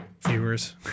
viewers